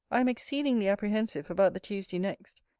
i am exceedingly apprehensive about the tuesday next,